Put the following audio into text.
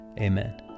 amen